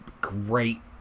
great